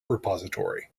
repository